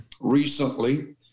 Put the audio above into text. recently